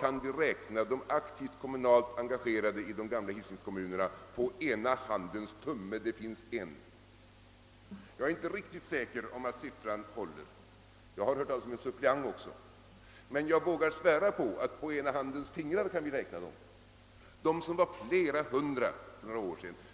kan du räkna de aktivt kommunalt engagerade i de gamla hisingskommunerna på ena handens tumme — det finns en.» Jag är inte riktigt säker på att siffran håller — jag har hört talas om en suppleant också — men jag vågar svära på att vi kan räkna de aktiva på ena handens fingrar. De var flera hundra för några år sedan.